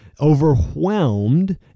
overwhelmed